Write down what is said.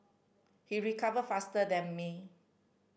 he recovered faster than me